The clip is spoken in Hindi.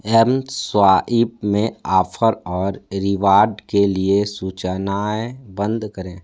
एम स्वाइप में आफर और रिवार्ड के लिए सूचनाएँ बंद करें